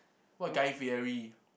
what guy-fieri